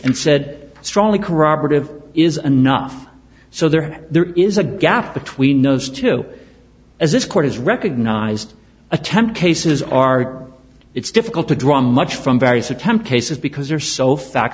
and said strongly corroborative is enough so there there is a gap between those two as this court has recognized attempt cases are it's difficult to draw much from various attempts a says because they are so fact